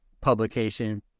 publication